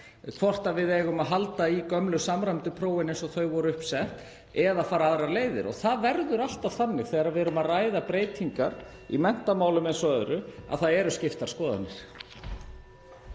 hvort við eigum að halda í gömlu samræmdu prófin eins og þau voru uppsett eða fara aðrar leiðir. Það verður alltaf þannig, þegar við erum að ræða breytingar í menntamálum eins og öðru, að skoðanir